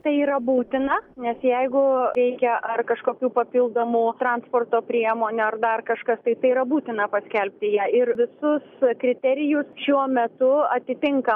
tai yra būtina nes jeigu reikia ar kažkokių papildomų transporto priemonių ar dar kažkas tai tai yra būtina paskelbti ją ir visus kriterijus šiuo metu atitinka